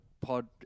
pod